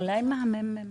אולי ה-ממ"מ עשו סקירה?